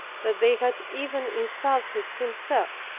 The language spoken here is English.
that they had even insulted himself.